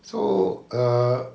so uh